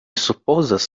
supozas